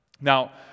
Now